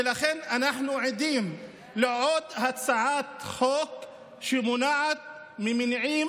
ולכן אנחנו עדים לעוד הצעת חוק שמונעת ממניעים